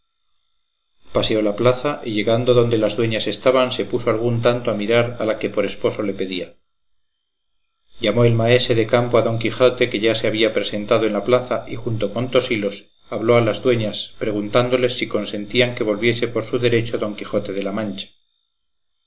paseó la plaza y llegando donde las dueñas estaban se puso algún tanto a mirar a la que por esposo le pedía llamó el maese de campo a don quijote que ya se había presentado en la plaza y junto con tosilos habló a las dueñas preguntándoles si consentían que volviese por su derecho don quijote de la mancha